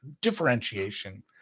differentiation